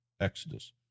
exodus